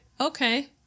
Okay